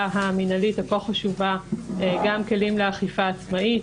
המינהלית הכה חשובה גם כלים לאכיפה עצמאית,